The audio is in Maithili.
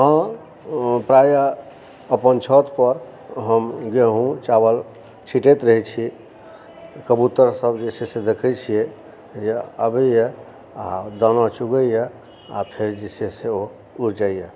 हँ प्रायः अपन छत पर हम गेहूँ चावल छिटैत रहै छी कबूतर सब जे छै से देखै छियै जे अबैया आ दाना चुबैआ आ फेर जे छै से ओ उड़ि जाइए